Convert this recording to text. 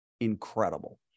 incredible